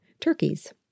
turkeys